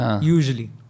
Usually